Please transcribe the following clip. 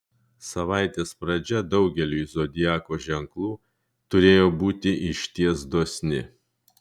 savaitės pradžia daugeliui zodiako ženklų turėtų būti išties dosni